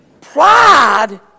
pride